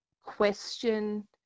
question